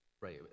Right